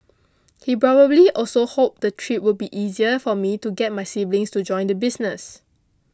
he probably also hoped the trip would be easier for me to get my siblings to join the business